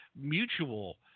mutual